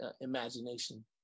imagination